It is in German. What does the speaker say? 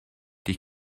die